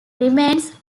remains